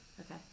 Okay